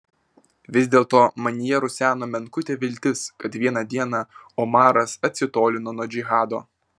vis dėlto manyje ruseno menkutė viltis kad vieną dieną omaras atsitolino nuo džihado